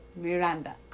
Miranda